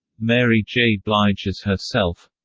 mary j. blige as herself